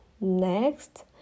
Next